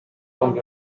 bombi